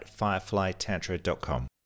fireflytantra.com